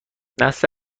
نسل